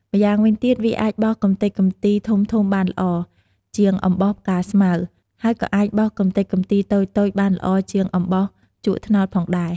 ម៉្យាងវិញទៀតវាអាចបោសកម្ទេចកំទីធំៗបានល្អ ជាងអំបោសផ្កាស្មៅ ហើយក៏អាចបោសកម្ទេចកំទីតូចៗបានល្អជាងអំបោសជក់ត្នោតផងដែរ។